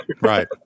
right